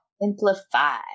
simplify